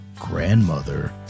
grandmother